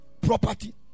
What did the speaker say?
property